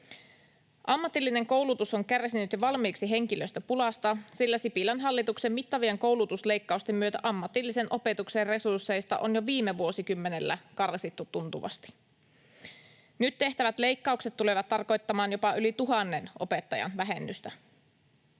Ammatillinen koulutus on kärsinyt jo valmiiksi henkilöstöpulasta, sillä Sipilän hallituksen mittavien koulutusleikkausten myötä ammatillisen opetuksen resursseista on jo viime vuosikymmenellä karsittu tuntuvasti. Nyt tehtävät leikkaukset tulevat tarkoittamaan jopa yli tuhannen opettajan vähennystä.